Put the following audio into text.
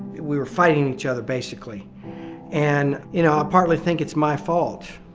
we were fighting each other basically and you know, i partly think it's my fault.